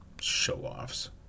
Show-offs